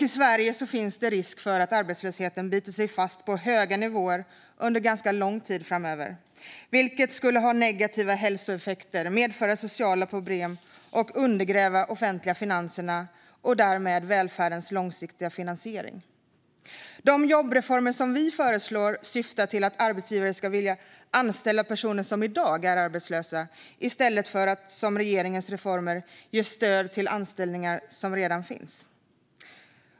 I Sverige finns risk för att arbetslösheten biter sig fast på höga nivåer under lång tid framöver, vilket skulle ha negativa hälsoeffekter och medföra sociala problem och undergräva de offentliga finanserna och därmed välfärdens långsiktiga finansiering. De jobbreformer som vi föreslår syftar till att arbetsgivare ska vilja anställa personer som i dag är arbetslösa i stället för att, som regeringens reformer, ge stöd till anställningar som redan finns.